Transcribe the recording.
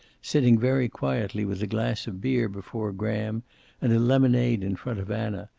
sitting very quietly with a glass of beer before graham and a lemonade in front of anna,